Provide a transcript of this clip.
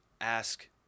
ask